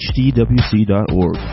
hdwc.org